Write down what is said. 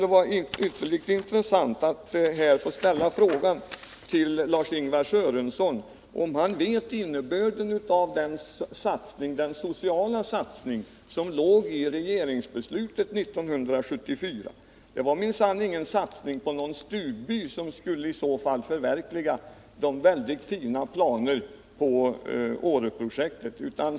Det vore ytterligt intressant att få veta om Lars-Ingvar Sörenson känner till innebörden av den sociala satsning som låg i regeringsbeslutet 1974. Det var minsann ingen satsning på någon stugby som skulle förverkliga de fina planerna på Åreprojektet.